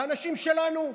לאנשים שלנו,